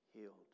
healed